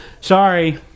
Sorry